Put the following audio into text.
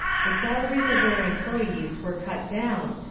the salaries of their employe's were cut down,